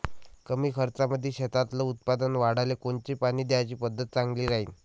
कमी खर्चामंदी शेतातलं उत्पादन वाढाले कोनची पानी द्याची पद्धत चांगली राहीन?